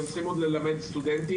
והם צריכים ללמד עוד סטודנטים.